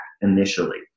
initially